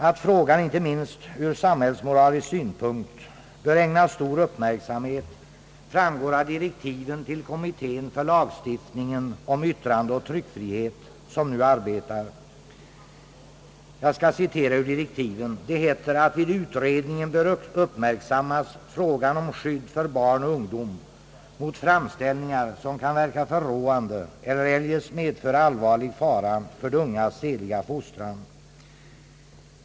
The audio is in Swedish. Att frågan, inte minst ur samhällsmoralisk synpunkt, bör ägnas stor uppmärksamhet framgår av direktiven till kommittén för lagstiftningen om yttrandeoch tryckfrihet, som nu arbetar. Det heter i dessa direktiv, »att vid utredningen bör uppmärksammas frågan om skydd för barn och ungdom mot framställningar, som kan verka förråande eller eljest medföra allvarlig fara för de ungas sedliga fostran».